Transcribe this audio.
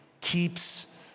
keeps